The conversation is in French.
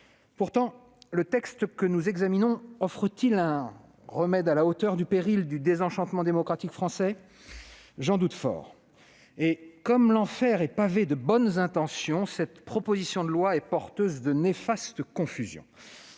Pourtant, le texte que nous examinons offre-t-il un remède à la hauteur du péril du désenchantement démocratique français ? J'en doute fort. Comme l'enfer est pavé de bonnes intentions, cette proposition de loi est porteuse de néfastes confusions.